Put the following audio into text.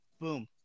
boom